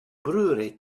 brewery